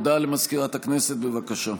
הודעה למזכירת הכנסת, בבקשה.